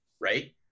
Right